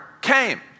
came